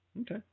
Okay